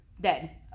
dead